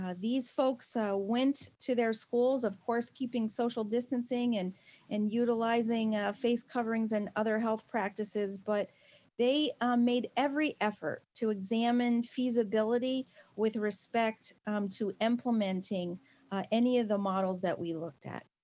ah these folks so went to their schools of course, keeping social distancing and and utilizing face coverings and other health practices, but they made every effort to examine feasibility with respect um to implementing any of the models that we looked at.